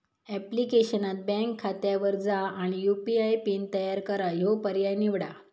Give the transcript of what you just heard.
ऍप्लिकेशनात बँक खात्यावर जा आणि यू.पी.आय पिन तयार करा ह्यो पर्याय निवडा